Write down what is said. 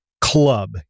club